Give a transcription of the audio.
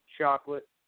chocolate